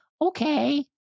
okay